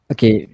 Okay